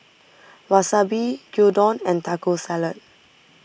Wasabi Gyudon and Taco Salad